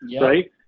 Right